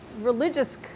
religious